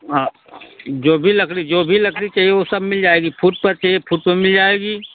हाँ जो भी लकड़ी जो भी लकड़ी चाहिये वो सब मिल जायेगी फुट पर चाहिये फुट पर मिल जायेगी